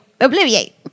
obliviate